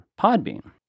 Podbean